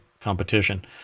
competition